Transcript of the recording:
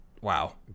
wow